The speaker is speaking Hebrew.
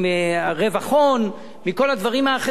ומרווח הון ומכל הדברים האחרים,